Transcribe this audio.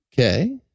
Okay